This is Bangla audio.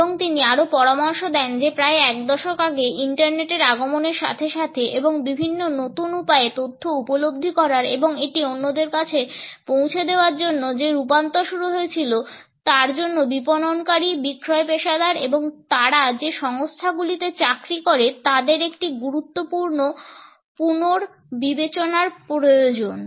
এবং তিনি আরও পরামর্শ দেন যে প্রায় এক দশক আগে ইন্টারনেটের আগমনের সাথে সাথে এবং বিভিন্ন নতুন উপায়ে তথ্য উপলব্ধি করার এবং এটি অন্যদের কাছে পৌঁছে দেওয়ার জন্য যে রূপান্তর শুরু হয়েছিল তার জন্য বিপণনকারী বিক্রয় পেশাদার এবং তারা যে সংস্থাগুলিতে চাকরি করে তাদের একটি গুরুত্বপূর্ণ পুনর্বিবেচনার প্রয়োজন